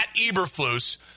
Eberflus